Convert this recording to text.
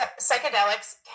psychedelics